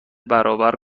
برابر